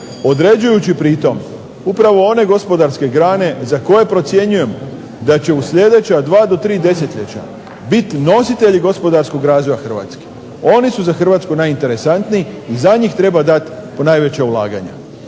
određujući pri tome upravo one gospodarske grane za koje procjenjujem da će u sljedeća dva do tri desetljeća biti nositelji gospodarskog razvoja Hrvatske. Oni su za Hrvatsku najinteresantniji i za njih treba dati najveća ulaganja.